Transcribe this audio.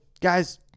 guys